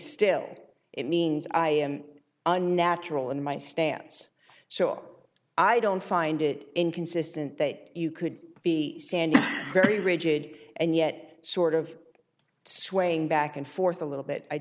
still it means i am unnatural in my stance so i don't find it inconsistent that you could be sand very rigid and yet sort of swaying back and forth a little bit i